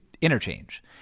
Interchange